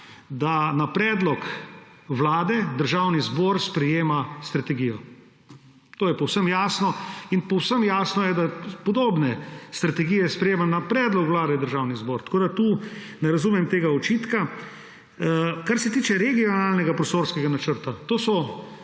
da na predlog Vlade Državni zbor sprejema strategijo. To je povsem jasno in povsem jasno je, da podobne strategije sprejema na predlog Vlade Državni zbor. Tako da tu ne razumem tega očitka. Kar se tiče regionalnega prostorskega načrta. To je